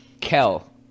Kel